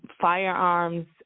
firearms